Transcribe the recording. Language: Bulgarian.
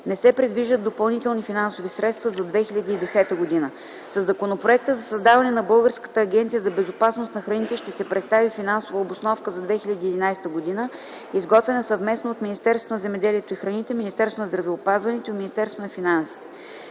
Не се предвиждат допълнителни финансови средства за 2010 г. Със Законопроекта за създаване на Българската агенция за безопасност на храните ще се представи финансова обосновка за 2011 г., изготвена съвместно от Министерството на земеделието и храните, Министерството на здравеопазването и Министерството на финансите.